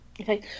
Okay